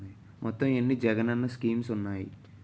మొత్తం ఎన్ని జగనన్న స్కీమ్స్ ఉన్నాయి?